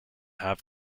have